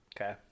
Okay